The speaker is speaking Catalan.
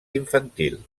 infantil